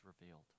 revealed